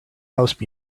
house